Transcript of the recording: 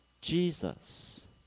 Jesus